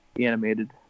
animated